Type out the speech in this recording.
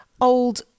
old